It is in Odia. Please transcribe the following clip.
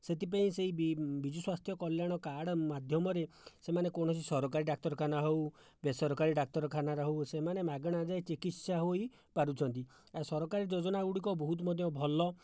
ସେଥିପାଇଁ ସେହି ବିଜୁ ସ୍ୱାସ୍ଥ୍ୟ କଲ୍ୟାଣ କାର୍ଡ଼ ମାଧ୍ୟମରେ ସେମାନେ କୌଣସି ସରକାରୀ ଡାକ୍ତରଖାନା ହେଉ ବେସରକାରୀ ଡାକ୍ତରଖାନାରେ ହେଉ ସେମାନେ ମାଗଣା ଯାଇ ଚିକିତ୍ସା ହୋଇପାରୁଛନ୍ତି ଆଉ ସରକାରୀ ଯୋଜନାଗୁଡ଼ିକ ବହୁତ ମଧ୍ୟ ଭଲ